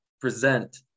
present